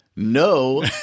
No